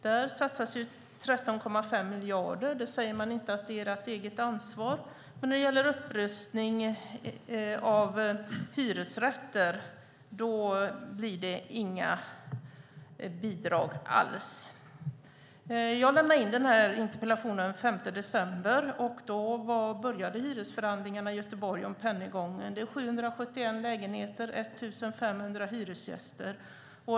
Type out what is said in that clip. Där satsas 13,5 miljarder, och där säger man inte att det är deras eget ansvar. Men när det gäller upprustning av hyresrätter blir det inga bidrag alls. Jag lämnade in interpellationen den 5 december, och då började hyresförhandlingarna i Göteborg om Pennygången. Det är fråga om 771 lägenheter och 1 500 hyresgäster.